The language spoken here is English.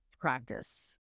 practice